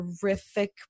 terrific